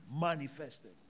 manifested